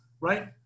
right